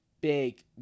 big